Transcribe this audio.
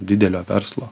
didelio verslo